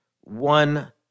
one